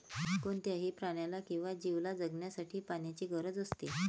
कोणत्याही प्राण्याला किंवा जीवला जगण्यासाठी पाण्याची गरज असते